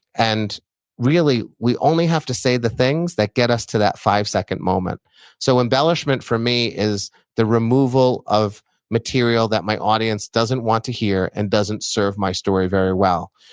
and really, we only have to say the things that get us to that five-second moment so embellishment for me is the removal of material that my audience doesn't want to hear and doesn't serve my story very well,